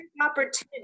opportunity